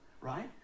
Right